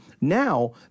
now